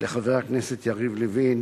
לחבר הכנסת יריב לוין